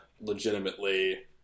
legitimately